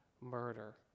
murder